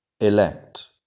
Elect